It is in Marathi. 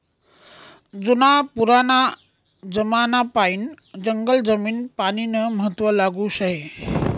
जुना पुराना जमानापायीन जंगल जमीन पानीनं महत्व लागू शे